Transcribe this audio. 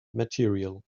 material